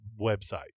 website